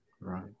Right